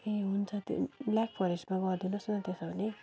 ए हुन्छ त्यो ब्ल्याक फरेस्टमा गरिदिनोस् न त्यसो भने